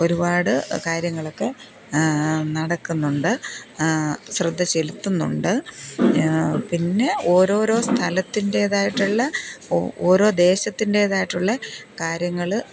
ഒരുപാട് കാര്യങ്ങളൊക്കെ നടക്കുന്നുണ്ട് ശ്രദ്ധ ചെലുത്തുന്നുണ്ട് പിന്നെ ഓരോരോ സ്ഥലത്തിൻ്റേതായിട്ടുള്ള ഓരോ ദേശത്തിൻ്റേതായിട്ടുള്ള കാര്യങ്ങൾ